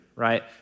right